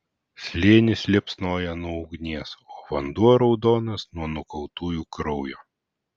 slėnis liepsnoja nuo ugnies o vanduo raudonas nuo nukautųjų kraujo